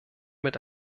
mit